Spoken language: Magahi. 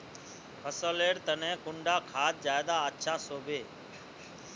फसल लेर तने कुंडा खाद ज्यादा अच्छा सोबे?